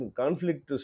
conflict